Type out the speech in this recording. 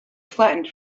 flattened